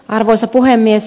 arvoisa puhemies